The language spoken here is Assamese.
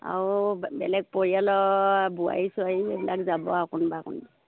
আৰু বেলেগ পৰিয়ালৰ বোৱাৰী চোৱাৰী এইবিলাক যাব আৰু কোনোবা কোনোবি